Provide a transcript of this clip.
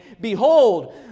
Behold